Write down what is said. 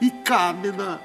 į kaminą